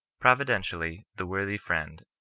providentially the worthy friend,